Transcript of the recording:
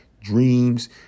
dreams